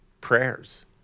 prayers